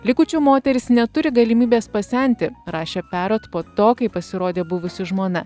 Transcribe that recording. likučių moterys neturi galimybės pasenti rašė perot po to kai pasirodė buvusi žmona